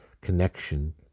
connection